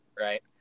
right